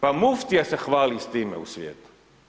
Pa muftija se hvali s time u svijetu.